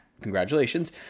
Congratulations